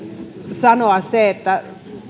sanoa se että